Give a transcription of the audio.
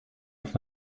auf